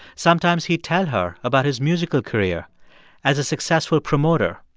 sometimes, he'd tell her about his musical career as a successful promoter,